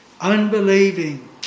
unbelieving